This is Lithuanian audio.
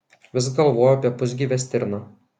vis galvojau apie pusgyvę stirną